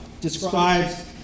describes